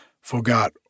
forgot